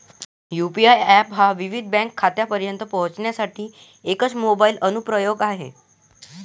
UPI app हा विविध bank खात्यांपर्यंत पोहोचण्यासाठी एकच मोबाइल अनुप्रयोग आहे